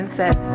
says